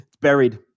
Buried